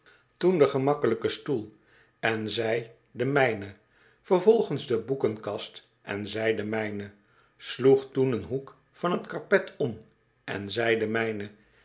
toen den gemakkel ijken stoel en zei de mijne vervolgens de boekenkast en zei de mijne sloeg toen een hoek van t karpet om en zei de mijne